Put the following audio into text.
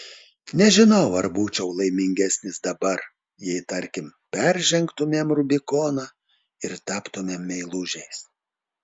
nežinau ar būčiau laimingesnis dabar jei tarkim peržengtumėm rubikoną ir taptumėm meilužiais